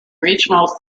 regional